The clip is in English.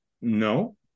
no